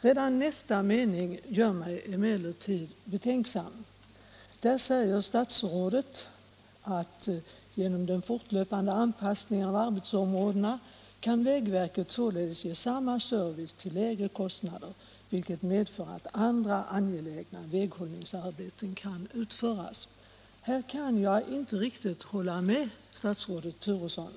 Redan nästa mening gör mig emellertid betänksam. Där säger statsrådet: ”Genom den fortlöpande anpassningen av arbetsområdena kan vägverket således ge samma service till lägre kostnader, vilket medför att andra angelägna väghållningsarbeten kan ut 127 av bebyggelse i glesbygder och mindre tätorter föras.” Här kan jag inte riktigt hålla med statsrådet Turesson.